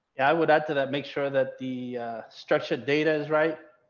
yeah i would add to that make sure that the structured data is right.